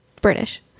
British